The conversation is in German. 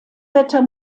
wetter